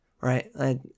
right